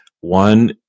One